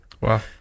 Wow